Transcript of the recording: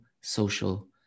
social